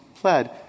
pled